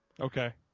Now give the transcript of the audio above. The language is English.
Okay